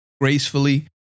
gracefully